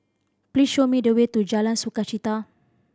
please show me the way to Jalan Sukachita